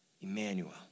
Emmanuel